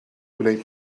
gwneud